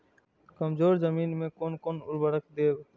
कमजोर जमीन में कोन कोन उर्वरक देब?